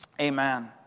Amen